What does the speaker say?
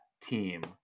team